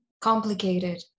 complicated